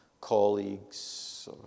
colleagues